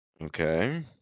Okay